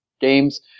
games